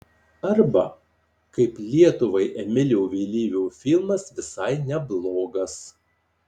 arba kaip lietuvai emilio vėlyvio filmas visai neblogas